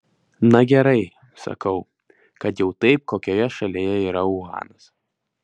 na gerai sakau kad jau taip kokioje šalyje yra uhanas